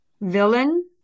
villain